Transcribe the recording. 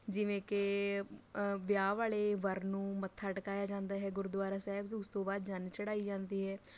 ਜਿਵੇਂ ਕਿ ਵਿਆਹ ਵਾਲੇ ਵਰ ਨੂੰ ਮੱਥਾ ਟਿਕਾਇਆ ਜਾਂਦਾ ਹੈ ਗੁਰਦੁਆਰਾ ਸਾਹਿਬ 'ਚ ਉਸ ਤੋਂ ਬਾਅਦ ਜੰਨ ਚੜਾਈ ਜਾਂਦੀ ਹੈ